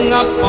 up